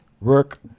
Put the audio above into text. work